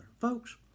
Folks